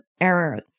errors